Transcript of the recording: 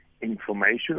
information